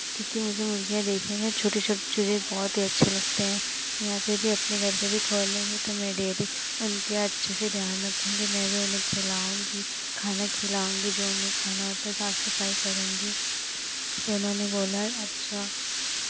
क्योंकि मुझे मुर्गियाँ देखने में छोटी छोटी चूज़े बहुत ही अच्छे लगते हैं या फिर वे अपने घर पे भी खोलेंगे तो मैं डेली उनके यहाँ अच्छे से ध्यान रखूंगी मैं भी उन्हें खिलाऊँगी खाना खिलाऊँगी जो उन्हें खाना होता है साफ सफाई करूंगी तो उन्होंने बोला है अच्छा